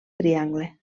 triangle